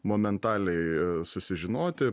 momentaliai susižinoti